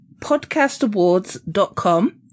podcastawards.com